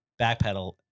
backpedal